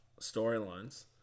storylines